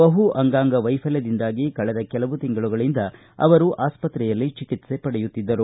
ಬಹು ಅಂಗಾಂಗ ವೈಫಲ್ಲದಿಂದಾಗಿ ಕಳೆದ ಕೆಲವು ತಿಂಗಳುಗಳಿಂದ ಅವರು ಆಸ್ಪತ್ರೆಯಲ್ಲಿ ಚಿಕಿತ್ಸೆ ಪಡೆಯುತ್ತಿದ್ದರು